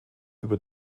über